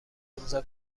امضاء